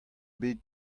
bet